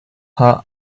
her